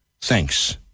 Thanks